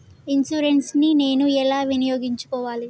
Insurance ని నేను ఎలా వినియోగించుకోవాలి?